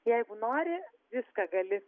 jeigu nori viską gali